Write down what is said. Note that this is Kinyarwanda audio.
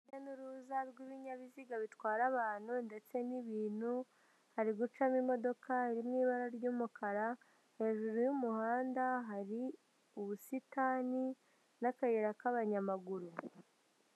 Urujya n'uruza rw'ibinyabiziga bitwara abantu ndetse n'ibintu, hari gucamo imodoka iri mu ibara ry'umukara, hejuru y'umuhanda hari ubusitani n'akayira k'abanyamaguru.